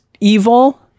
evil